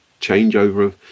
changeover